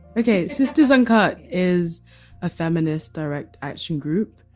ok sisters uncut is a feminist direct action group.